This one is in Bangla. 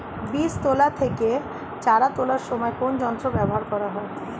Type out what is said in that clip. বীজ তোলা থেকে চারা তোলার সময় কোন যন্ত্র ব্যবহার করা হয়?